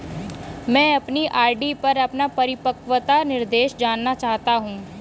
मैं अपनी आर.डी पर अपना परिपक्वता निर्देश जानना चाहता हूँ